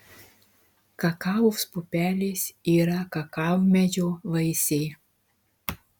kakavos pupelės yra kakavmedžio vaisiai